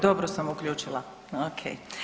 Dobro sam uključila, ok.